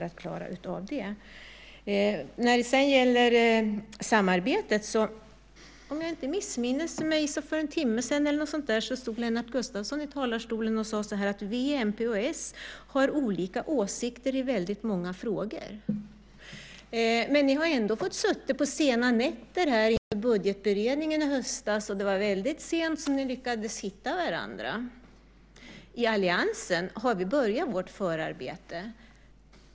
När det sedan gäller samarbetet kan jag säga att om jag inte missminner mig stod Lennart Gustavsson för en timme sedan eller något sådant i talarstolen och sade: V, mp och s har olika åsikter i väldigt många frågor. Men ni har ändå fått sitta sena nätter under budgetberedningen i höstas. Det var väldigt sent som ni lyckades hitta varandra. I alliansen har vi börjat vårt förarbete.